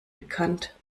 bekannt